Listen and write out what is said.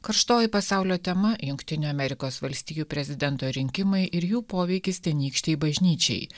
karštoji pasaulio tema jungtinių amerikos valstijų prezidento rinkimai ir jų poveikis tenykštei bažnyčiai